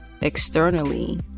externally